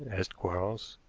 asked quarles.